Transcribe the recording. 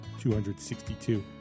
262